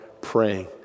praying